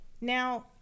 Now